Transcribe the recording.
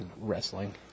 wrestling